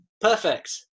Perfect